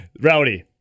rowdy